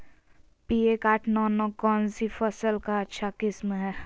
P एक आठ नौ नौ कौन सी फसल का अच्छा किस्म हैं?